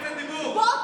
טלי,